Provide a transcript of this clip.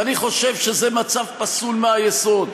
ואני חושב שזה מצב פסול מהיסוד.